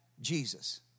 Jesus